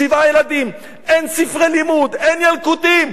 שבעה ילדים, אין ספרי למוד, אין ילקוטים.